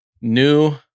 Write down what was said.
New